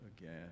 again